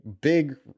big